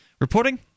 reporting